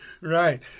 right